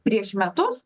prieš metus